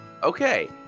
Okay